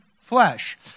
flesh